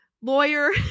lawyer